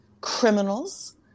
criminals